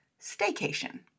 staycation